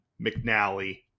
McNally